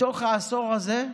מתוך העשור הזה,